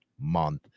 month